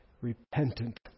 repentant